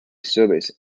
service